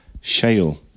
shale